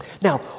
Now